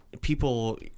people